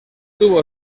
tuvo